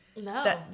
No